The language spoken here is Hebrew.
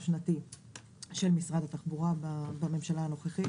שנתי של משרד התחבורה בממשלה הנוכחית,